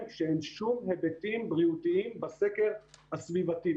שאין שום היבטים בריאותיים בסקר הסביבתי.